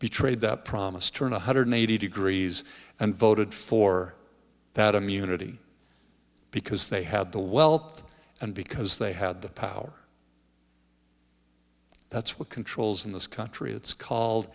betrayed the promise turn one hundred eighty degrees and voted for that immunity because they had the wealth and because they had the power that's what controls in this country it's called